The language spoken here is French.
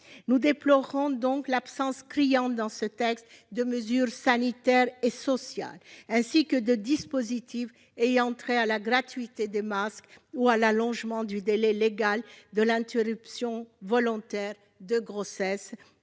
Nous déplorons donc l'absence criante dans ce texte de mesures sanitaires et sociales, ainsi que de dispositifs ayant trait à la gratuité des masques ou à l'allongement du délai légal de l'interruption volontaire de grossesse